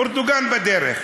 אורדוגן בדרך.